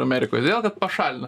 amerikoj todėl kad pašalina